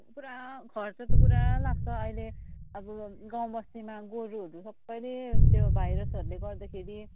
पुरा खर्च त पुरा लाग्छ अहिले अब गाउँ बस्तीमा गोरुहरू सबैले त्यो भाइरसहरूले गर्दाखेरि